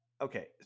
okay